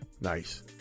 Nice